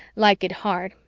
like it hard,